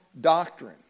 doctrine